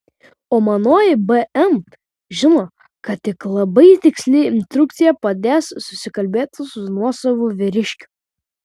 o manoji bm žino kad tik labai tiksli instrukcija padės susikalbėti su nuosavu vyriškiu